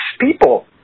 people